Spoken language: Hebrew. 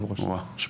אנחנו